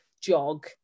jog